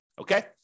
Okay